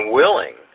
willing